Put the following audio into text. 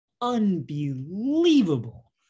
unbelievable